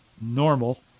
normal